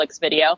video